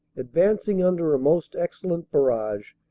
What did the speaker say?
advancing under a most excellent barrage,